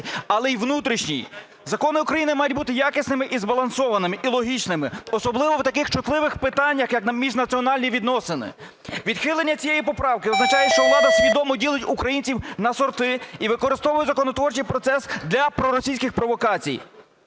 але й у внутрішній. Закони України мають бути якісними і збалансованими і логічними, особливо в таких чутливих питаннях, як міжнаціональні відносини. Відхилення цієї поправки означає, що влада свідомо ділить українців на сорти і використовує законотворчий процес для проросійських провокацій.